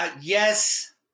yes